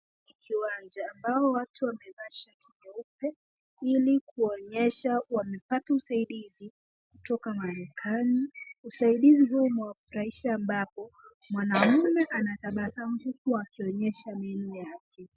Kiwanja hao watu wamevaa shati jeupe ili kuonyesha wamepata usaidizi kutoka marekani, usaidizi huu umewafurahisha ambapo mwanamume anatabasamu huku akinyesha meno yake